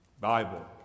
Bible